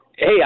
Hey